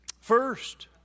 first